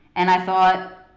and i thought,